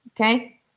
okay